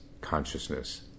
consciousness